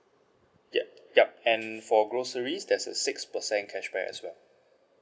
yup yup and for groceries there's a six percent cashback as well